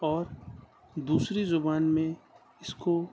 اور دوسری زبان میں اس کو